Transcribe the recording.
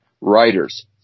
Writers